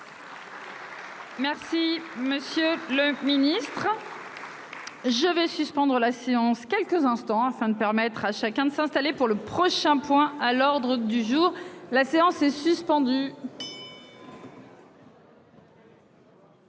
Merci, monsieur le Ministre. Je vais suspendre la séance quelques instants afin de permettre à chacun de s'installer pour le prochain point à l'ordre du jour. La séance est suspendue.